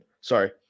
Sorry